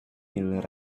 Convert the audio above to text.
mil